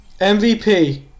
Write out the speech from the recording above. MVP